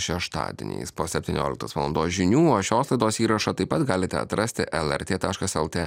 šeštadieniais po septynioliktos valandos žinių o šios laidos įrašą taip pat galite atrasti lrt taškas lt